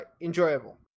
enjoyable